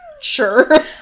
Sure